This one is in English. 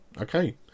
okay